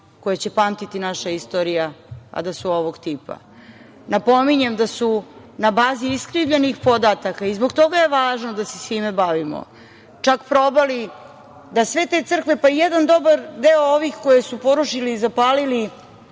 koje će pamtiti naša istorija, a da su ovog tipa. Napominjem da su na bazi iskrivljenih podataka, zbog toga je važno da se time bavimo, čak probali da sve te crkve, pa i jedan dobar deo ovih koje su porušili i zapalili,